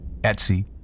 Etsy